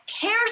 cares